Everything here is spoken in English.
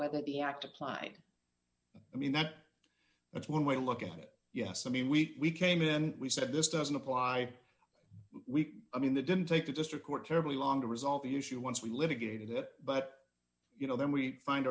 whether the act applied i mean that that's one way to look at it yes i mean we came in we said this doesn't apply we i mean the didn't take a district court terribly long to resolve the issue once we litigated it but you know then we find